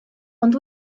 ond